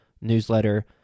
newsletter